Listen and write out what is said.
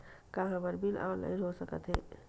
का हमर bill online हो सकत हे?